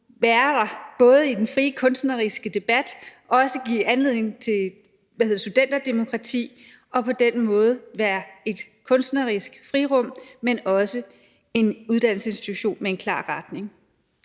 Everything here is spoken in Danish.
være i den frie kunstneriske debat og give anledning til studenterdemokrati og på den måde være et kunstnerisk frirum, men også en uddannelsesinstitution med en klar retning.